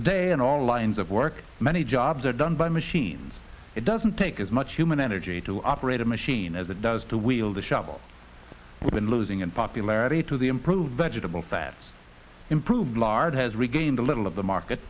today and all the lines of work many jobs are done by machines it doesn't take as much human energy to operate a machine as it does to wield a shovel when losing in popularity to the improved vegetable fats improved lard has regained a little of the market